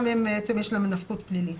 גם להן יש נפקות פלילית.